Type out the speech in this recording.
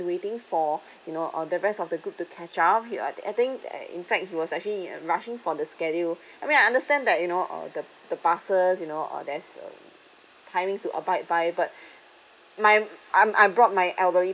waiting for you know uh the rest of the group to catch up he I I think uh in fact he was actually rushing for the schedule I mean I understand that you know uh the the buses you know uh there's a timing to abide by but my I'm I brought my elderly